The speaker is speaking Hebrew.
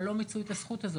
אבל לא מיצו את הזכות הזאת,